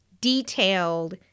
detailed